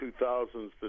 2000s